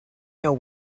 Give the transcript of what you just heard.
know